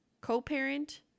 co-parent